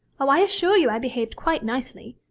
oh, i assure you i behaved quite nicely.